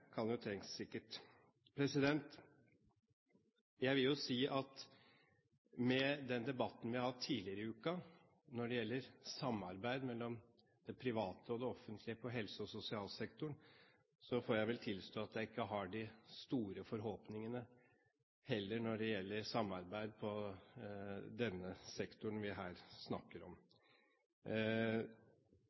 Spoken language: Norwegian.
kan sikkert trengs. Jeg vil jo si at med den debatten vi har hatt tidligere i uken når det gjelder samarbeid mellom det private og det offentlige på helse- og sosialsektoren, får jeg vel tilstå at jeg ikke har de store forhåpningene heller når det gjelder samarbeid på den sektoren vi her snakker om.